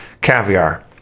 caviar